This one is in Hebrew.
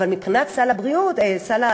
אבל מבחינת סל התרופות,